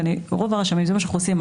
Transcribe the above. ורוב הרשמים זה מה שאנחנו עושים,